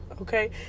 okay